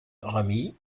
rami